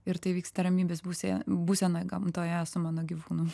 ir tai vyksta ramybės būse būsenoj gamtoje su mano gyvūnu